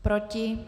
Proti?